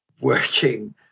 working